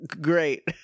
Great